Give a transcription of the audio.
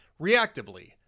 reactively